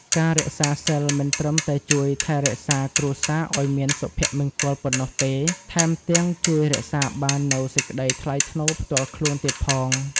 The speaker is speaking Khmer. ការរក្សាសីលមិនត្រឹមតែជួយថែរក្សាគ្រួសារឲ្យមានសុភមង្គលប៉ុណ្ណោះទេ ថែមទាំងជួយរក្សាបាននូវសេចក្តីថ្លៃថ្នូរផ្ទាល់ខ្លួនទៀតផង។